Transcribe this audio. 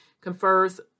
confers